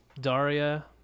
Daria